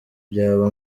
byaba